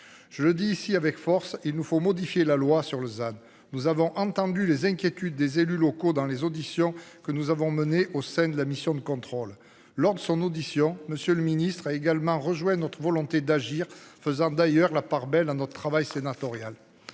Je le dis ici avec force. Il nous faut modifier la loi sur la ZAD. Nous avons entendu les inquiétudes des élus locaux dans les auditions que nous avons menées au sein de la mission de contrôle lors de son audition, monsieur le ministre a également rejoint notre volonté d'agir. Faisant d'ailleurs la part belle à notre travail sénatorial